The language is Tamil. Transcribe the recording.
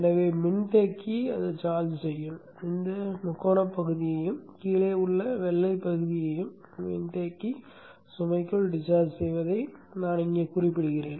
எனவே மின்தேக்கியை சார்ஜ் செய்யும் இந்த முக்கோணப் பகுதியையும் கீழே உள்ள வெள்ளைப் பகுதியையும் மின்தேக்கி சுமைக்குள் டிஸ்சார்ஜ் செய்வதை இங்கே நான் குறிப்பிடுகிறேன்